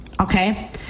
okay